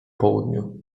południu